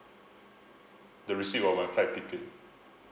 the receipt of my flight ticket